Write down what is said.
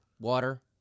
water